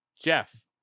Jeff